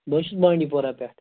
بہٕ حظ چھُس بانٛڈی پورہ پٮ۪ٹھ